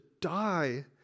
die